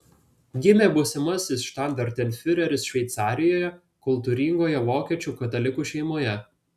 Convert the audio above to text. gimė būsimasis štandartenfiureris šveicarijoje kultūringoje vokiečių katalikų šeimoje